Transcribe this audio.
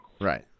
Right